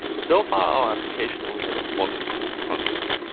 so far, our application only has one piece of content.